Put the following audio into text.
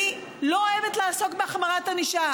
אני לא אוהבת לעסוק בהחמרת ענישה.